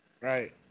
Right